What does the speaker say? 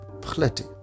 Plenty